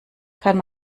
kann